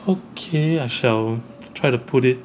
okay I shall try to put it